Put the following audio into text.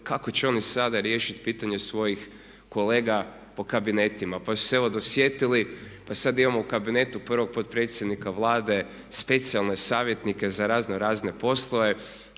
kako će oni sada riješiti pitanje svojih kolega po kabinetima. Pa su se evo dosjetili pa sada imamo u kabinetu prvog potpredsjednika Vlade, specijalne savjetnike za razno razne poslove